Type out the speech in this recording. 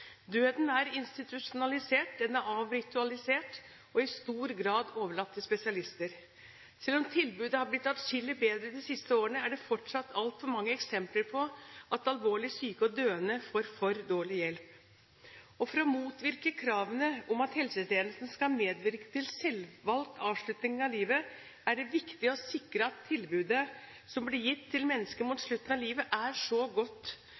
Døden er institusjonalisert, den er avritualisert og i stor grad overlatt til spesialister. Selv om tilbudet har blitt atskillig bedre de siste årene, er det fortsatt altfor mange eksempler på at alvorlig syke og døende får for dårlig hjelp. For å motvirke kravene om at helsetjenesten skal medvirke til selvvalgt avslutning av livet, er det viktig å sikre at tilbudet som blir gitt til mennesker mot slutten av livet, er så godt